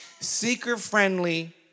Seeker-friendly